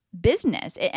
business